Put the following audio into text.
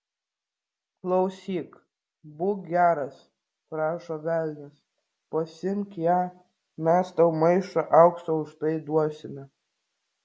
klausyk būk geras prašo velnias pasiimk ją mes tau maišą aukso už tai duosime